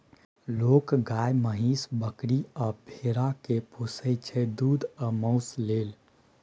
लोक गाए, महीष, बकरी आ भेड़ा केँ पोसय छै दुध आ मासु लेल